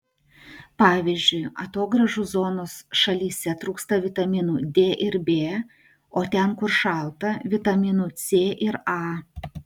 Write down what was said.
pavyzdžiui atogrąžų zonos šalyse trūksta vitaminų d ir b o ten kur šalta vitaminų c ir a